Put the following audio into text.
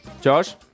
Josh